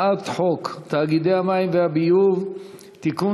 הצעת חוק תאגידי מים וביוב (תיקון,